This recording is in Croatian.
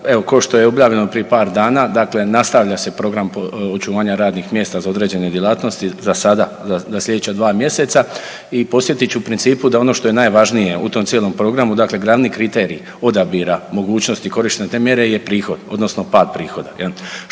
košto je objavljeno prije par dana, dakle nastavlja se program očuvanja radnih mjesta za određene djelatnosti za sada, za slijedeća dva mjeseca i posjetit ću u principu da ono što je najvažnije u tom cijelom programu, dakle glavni kriterij odabira mogućnosti korištenja te mjere je prihod odnosno pad prihoda